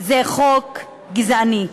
זה חוק גזעני.